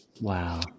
wow